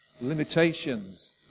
Limitations